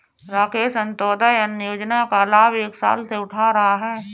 राकेश अंत्योदय अन्न योजना का लाभ एक साल से उठा रहा है